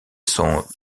sont